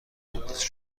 متصل